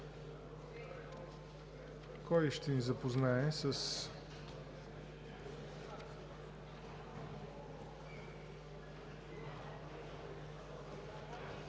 Кой ще ни запознае с